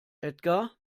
edgar